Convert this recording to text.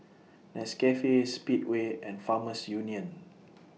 Nescafe Speedway and Farmers Union